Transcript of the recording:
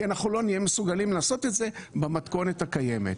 כי אנחנו לא נהיה מסוגלים לעשות את זה במתכונת הקיימת.